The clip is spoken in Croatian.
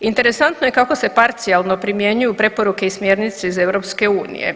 Interesantno je kako se parcijalno primjenjuju preporuke i smjernice iz EU.